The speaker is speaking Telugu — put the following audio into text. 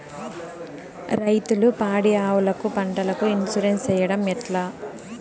రైతులు పాడి ఆవులకు, పంటలకు, ఇన్సూరెన్సు సేయడం ఎట్లా?